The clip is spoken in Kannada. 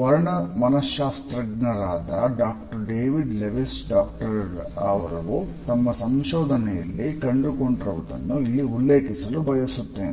ವರ್ಣ ಮನಶಾಸ್ತ್ರಜ್ಞರಾದ ಡಾಕ್ಟರ್ ಡೇವಿಡ್ ಲೆವಿಸ್ ತಮ್ಮ ಸಂಶೋಧನೆಯಲ್ಲಿ ಕಂಡು ಕೊಂಡಿರುವುದನ್ನು ಇಲ್ಲಿ ಉಲ್ಲೇಖಿಸಲು ಬಯಸುತ್ತೇನೆ